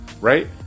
right